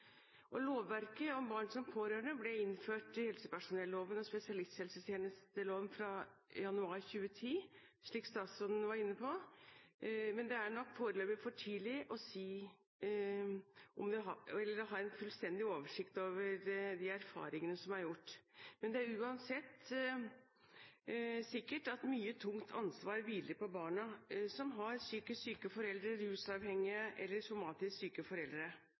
søsken. Lovverket om barn som pårørende ble innført i helsepersonelloven og spesialisthelsetjenesteloven fra januar 2010, slik statsråden var inne på, men det er nok foreløpig for tidlig å ha en fullstendig oversikt over de erfaringene som er gjort. Men det er uansett sikkert at mye tungt ansvar hviler på barn som har psykisk syke foreldre, rusavhengige og somatisk syke foreldre.